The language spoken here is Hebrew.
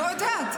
לא יודעת.